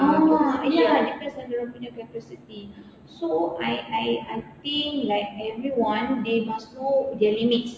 ah ya depends on dorang punya capacity so I I I think like everyone they must know their limits